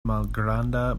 malgranda